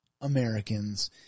Americans